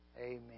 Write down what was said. Amen